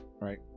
right